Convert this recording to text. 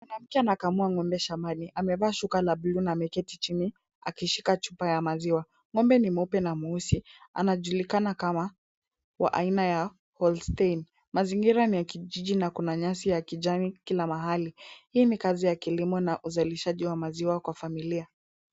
Mwanamke ana kamua ng'ombe shambani, amevaa shuka la bluu na ameketi chini, akishika chupa ya maziwa. ngombe ni mweupe na mweusi, anajulikana kama wa aina ya Holstein . Mazingira ni ya kijiji na kuna nyasi ya kijani kila mahali. Hii ni kazi ya kilimo na uzalishaji wa maziwa kwa familia.